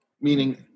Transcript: Meaning